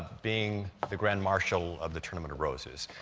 being the grand marshal of the tournament of roses.